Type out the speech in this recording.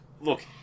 Look